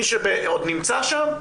מי שעוד נמצא שם,